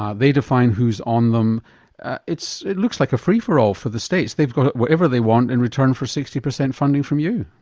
ah they define who's on them it looks like a free-for-all for the states, they've got whatever they want in return for sixty percent funding from you.